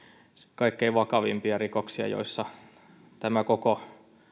kaikkein vakavimpia rikoksia joissa tämä koko